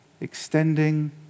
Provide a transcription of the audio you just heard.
extending